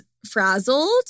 frazzled